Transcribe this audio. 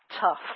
tough